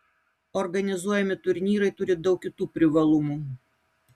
organizuojami turnyrai turi daug kitų privalumų